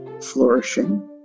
flourishing